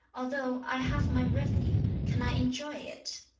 although i have my revenue, can i enjoy it